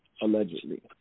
allegedly